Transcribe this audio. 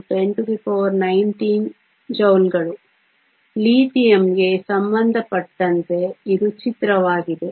6 x 10 19 ಜೌಲ್ಗಳು ಲಿಥಿಯಂಗೆ ಸಂಬಂಧಪಟ್ಟಂತೆ ಇದು ಚಿತ್ರವಾಗಿದೆ